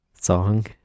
song